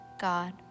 God